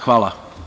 Hvala.